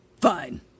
fine